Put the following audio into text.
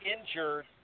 injured